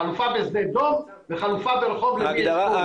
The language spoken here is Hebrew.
חלופה בשדה דב והחלופה ברחוב לוי אשכול.